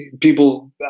people